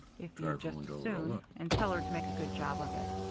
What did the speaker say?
if you'd just as soon. and tell her to make a good job of it.